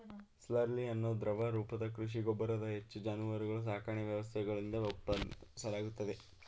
slurry ಅನ್ನೋ ದ್ರವ ರೂಪದ ಕೃಷಿ ಗೊಬ್ಬರನ ಹೆಚ್ಚು ಜಾನುವಾರು ಸಾಕಣೆ ವ್ಯವಸ್ಥೆಗಳಿಂದ ಉತ್ಪಾದಿಸಲಾಗ್ತದೆ